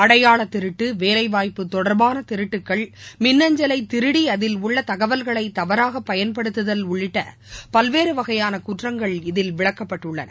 அடையாள திருட்டு வேலைவாய்ப்பு தொடர்பான திருட்டுக்கள் மின்னஞ்சலை திருடி அதில் உள்ள தவறாக பயன்படுத்துதல் உள்ளிட்ட பல்வேறு வகையான குற்றங்கள் தகவல்களை இதில் விளக்கப்பட்டுள்ளன